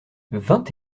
vingt